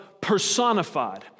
personified